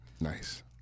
Nice